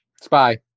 Spy